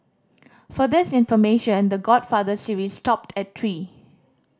for this information The Godfather series stopped at three